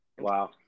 Wow